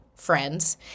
friends